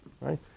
right